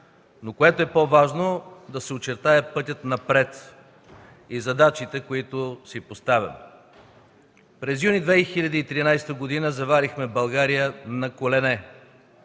но което е по-важно – да се очертае пътят напред и задачите, които си поставяме. През юни 2013 г. заварихме България на колене,